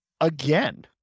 again